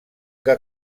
que